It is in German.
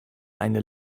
eine